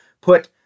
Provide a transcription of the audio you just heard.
put